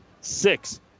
six